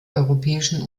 europäischen